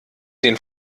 den